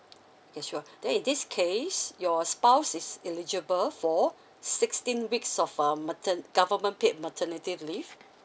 okay sure then in this case your spouse is eligible for sixteen weeks of a mater~ government paid maternity leave